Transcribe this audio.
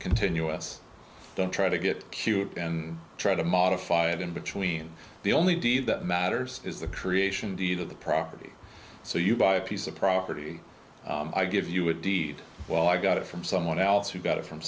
continuous don't try to get cute and try to modify it in between the only deed that matters is the creation deed of the property so you buy a piece of property i give you a deed well i got it from someone else who got it from